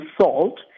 Salt